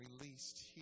released